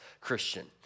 Christian